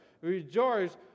Rejoice